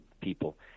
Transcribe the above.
people